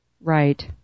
Right